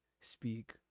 speak